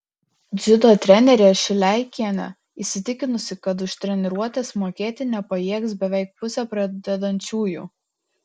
dziudo trenerė šileikienė įsitikinusi kad už treniruotes mokėti nepajėgs beveik pusė pradedančiųjų